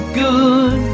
good